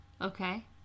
Okay